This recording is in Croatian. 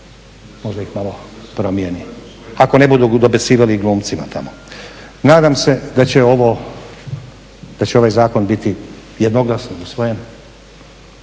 možda ih malo promijeni. Ako ne budu dobacivali i glumcima tamo. Nadam se da će ovaj zakon biti jednoglasno usvojen